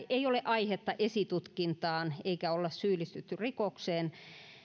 ei ole aihetta esitutkintaan eikä olla syyllistytty rikokseen